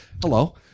Hello